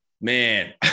Man